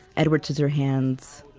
edward scissorhands,